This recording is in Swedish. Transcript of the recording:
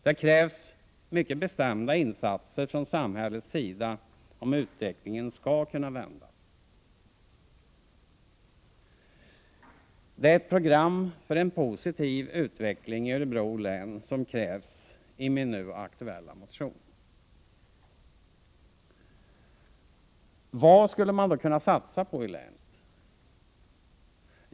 Det krävs mycket bestämda insatser från samhällets sida om utvecklingen skall kunna vändas. Det är ett program för en positiv utveckling i Örebro län som krävs i min nu aktuella motion. Vad skulle man då kunna satsa på i länet?